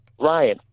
Ryan